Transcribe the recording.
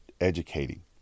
educating